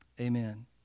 Amen